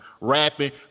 rapping